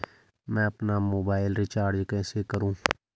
मैं अपना mobile recharge कैसे करूँ?